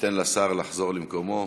ניתן לשר לחזור למקומו,